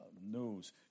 news